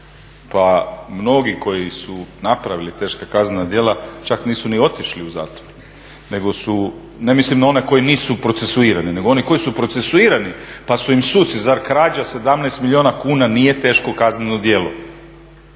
Pa mnogi koji su napravili teška kaznena djela čak nisu ni otišli u zatvor nego su, ne mislim na one koji nisu procesuirani nego na one koji su procesuirani pa su im suci, zar krađa 17 milijuna kuna nije teško kazneno djelo